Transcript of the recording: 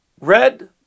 red